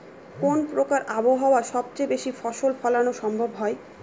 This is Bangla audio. কোন প্রকার আবহাওয়ায় সবচেয়ে বেশি ফসল ফলানো সম্ভব হয়?